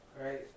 right